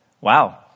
Wow